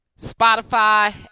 Spotify